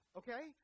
okay